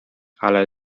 ale